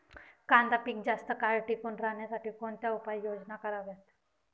कांदा पीक जास्त काळ टिकून राहण्यासाठी कोणत्या उपाययोजना कराव्यात?